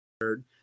third